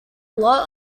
lot